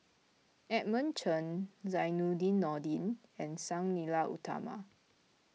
Edmund Chen Zainudin Nordin and Sang Nila Utama